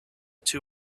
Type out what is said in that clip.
two